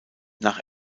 nach